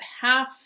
half